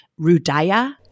Rudaya